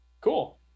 Cool